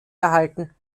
erhalten